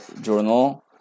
journal